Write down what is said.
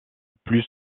plus